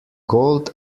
gold